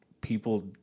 people